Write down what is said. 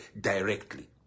directly